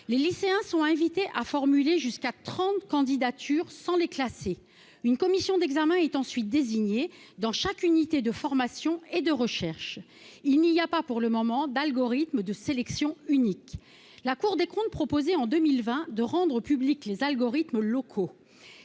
Les lycéens sont invités à formuler jusqu'à trente voeux, sans les classer. Une commission d'examen est ensuite désignée dans chaque unité de formation et de recherche. Il n'y a pas, pour le moment, d'algorithme unique de sélection ; en 2020, la Cour des comptes proposait de rendre publics les algorithmes locaux.